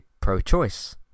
pro-choice